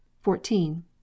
fourteen